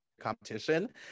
competition